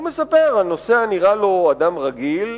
הוא מספר: "הנוסע נראה לו אדם רגיל.